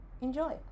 enjoy